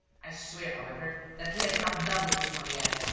i swear, however, that he has not done with lupin yet.